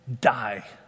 die